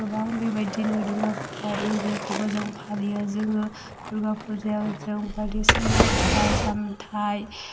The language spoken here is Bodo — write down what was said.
गोबां बेबायदिनो दुर्गा एरिखौबो जों फालियो जोङो दुर्गा फुजायाव जों बायदिसिना फिथाइ सामथाय